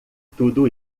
tudo